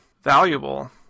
Valuable